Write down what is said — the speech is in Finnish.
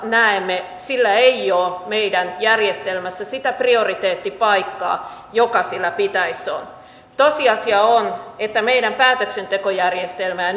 näemme sillä ei ole meidän järjestelmässämme sitä prioriteettipaikkaa joka sillä pitäisi olla tosiasia on että meidän päätöksentekojärjestelmämme